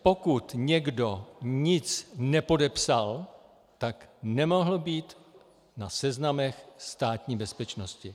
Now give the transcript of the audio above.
Pokud někdo nic nepodepsal, tak nemohl být na seznamech Státní bezpečnosti.